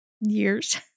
years